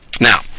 Now